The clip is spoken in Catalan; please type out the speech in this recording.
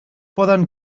poden